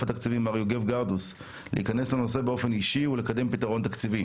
התקציבים הר-יוגב גרדוס להיכנס לנושא באופן אישי ולקדם פתרון תקציבי.